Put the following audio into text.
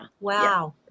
Wow